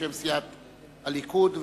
בשם סיעת הליכוד,